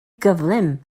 gyflym